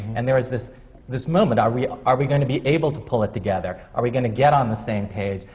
and there was this this moment, are we are we going to be able to pull it together? are we going to get on the same page?